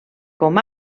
com